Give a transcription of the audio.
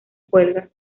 cuelga